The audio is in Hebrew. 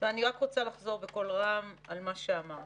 אני רק רוצה לחזור בקול רם על מה שאמרת,